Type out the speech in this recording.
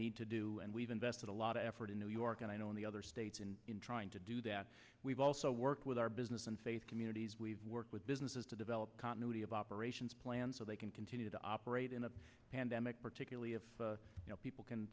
need to do and we've invested a lot of effort in new york and i know in the other states in in trying to do that we've also worked with our business and faith communities we've worked with businesses to develop continuity of operations plan so they can continue to operate in a pandemic particularly if you know people can